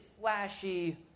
flashy